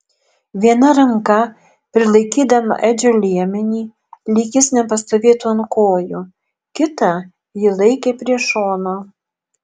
viena ranka prilaikydama edžio liemenį lyg jis nepastovėtų ant kojų kitą ji laikė prie šono